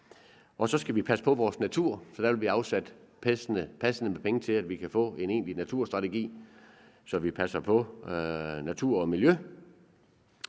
Så skal vi passe på vores natur, og der vil blive afsat passende med penge til, at vi kan få en egentlig naturstrategi, så vi passer på natur og miljø.